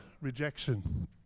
rejection